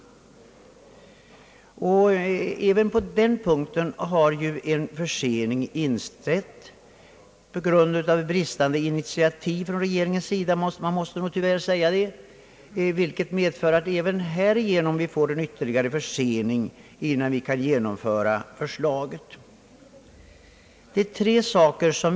Även på denna punkt har en försening inträtt på grund av bristande initiativ från regeringens sida — måste man tyvärr säga — vilket medför att vi även härigenom får en ytterligare försening, innan vi kan genomföra förslaget.